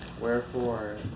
Wherefore